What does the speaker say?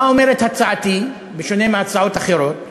מה אומרת הצעתי, בשונה מהצעות אחרות?